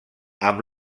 amb